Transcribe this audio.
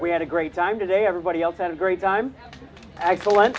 we had a great time today everybody else had a great time axel